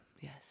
Yes